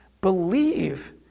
believe